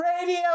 Radio